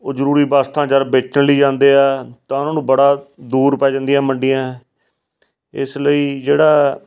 ਉਹ ਜ਼ਰੂਰੀ ਵਸਤਾਂ ਜਦ ਵੇਚਣ ਲਈ ਜਾਂਦੇ ਆ ਤਾਂ ਉਹਨਾਂ ਨੂੰ ਬੜਾ ਦੂਰ ਪੈ ਜਾਂਦੀ ਆ ਮੰਡੀਆਂ ਇਸ ਲਈ ਜਿਹੜਾ